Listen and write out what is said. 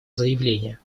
заявление